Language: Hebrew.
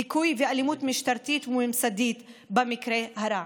דיכוי ואלימות משטרתית וממסדית במקרה הרע.